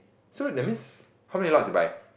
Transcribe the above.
so that means how many lots you buy